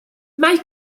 mae